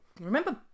remember